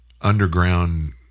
underground